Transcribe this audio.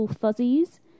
fuzzies